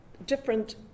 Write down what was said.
different